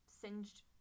singed